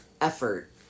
effort